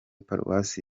paruwasi